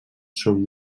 són